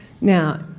Now